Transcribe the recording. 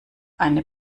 eine